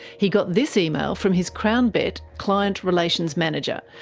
he got this email from his crownbet client relations manager,